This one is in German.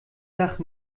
nach